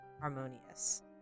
Harmonious